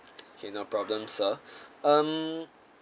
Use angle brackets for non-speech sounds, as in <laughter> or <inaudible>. okay no problem sir <breath> um